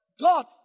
God